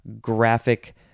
graphic